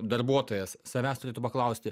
darbuotojas savęs turėtų paklausti